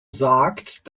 sagt